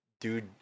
dude